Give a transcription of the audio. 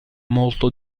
molto